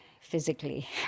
physically